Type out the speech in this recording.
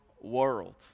world